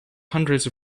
hundreds